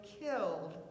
killed